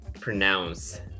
pronounce